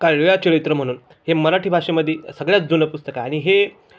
का लीळा चरित्र म्हणून हे मराठी भाषेमध्ये सगळ्यात जुनं पुस्तक आहे आणि हे